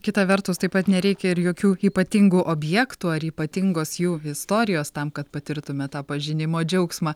kita vertus taip pat nereikia ir jokių ypatingų objektų ar ypatingos jų istorijos tam kad patirtume tą pažinimo džiaugsmą